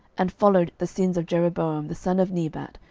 and followed the sins of jeroboam the son of nebat,